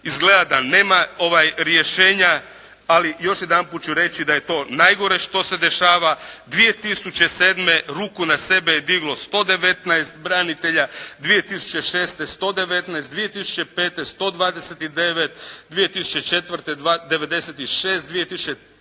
Izgleda da nema rješenja. Ali još jedanput ću reći, da je to najgore što se dešava. 2007. ruku na sebe je diglo 119 branitelja, 2006. 119, 2005. 129, 2004. 96, 2003.